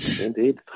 Indeed